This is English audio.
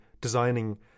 designing